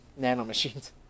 nanomachines